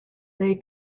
they